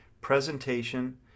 presentation